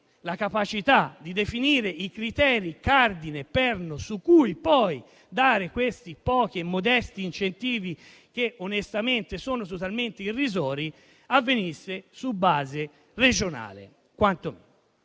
la capacità di definire i criteri cardine, perno su cui poi dare questi pochi e modesti incentivi, che onestamente sono totalmente irrisori, avvenisse su base regionale.